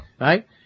right